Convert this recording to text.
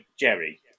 Jerry